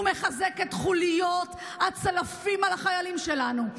הוא מחזק את חוליות הצלפים על החיילים שלנו,